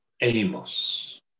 Amos